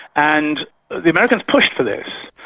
and the americans pushed for this.